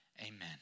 Amen